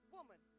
Woman